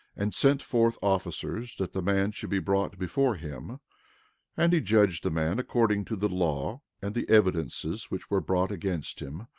and sent forth officers that the man should be brought before him and he judged the man according to the law and the evidences which were brought against him,